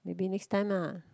maybe next time ah